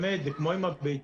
באמת זה כמו עם הביצים,